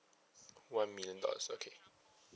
one million dollars okay